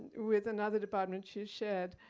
with another department, she's shared.